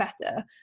better